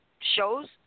shows